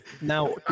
Now